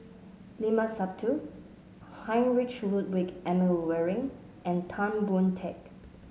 Limat Sabtu Heinrich Ludwig Emil Luering and Tan Boon Teik